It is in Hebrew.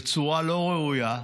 בצורה לא ראויה,